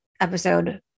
episode